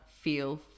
feel